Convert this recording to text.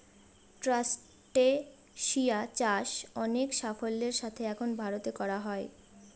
ট্রাস্টেসিয়া চাষ অনেক সাফল্যের সাথে এখন ভারতে করা হয়